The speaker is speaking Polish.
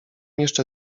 jeszcze